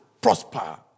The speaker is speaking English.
prosper